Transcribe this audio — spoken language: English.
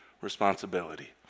responsibility